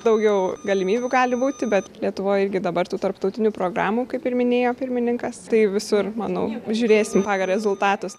daugiau galimybių gali būti bet lietuvoj gi dabar tų tarptautinių programų kaip ir minėjo pirmininkas tai visur manau žiūrėsim pagal rezultatus